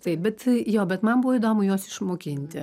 taip bet jo bet man buvo įdomu juos išmokinti